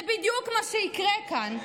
זה בדיוק מה שיקרה כאן.